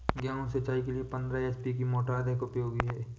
गेहूँ सिंचाई के लिए पंद्रह एच.पी की मोटर अधिक उपयोगी है?